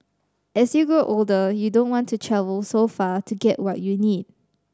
as you grow older you don't want to travel so far to get what you need